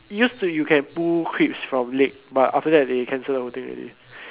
used to you can pull creeps from lake but after that they cancel the whole thing already